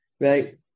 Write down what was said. right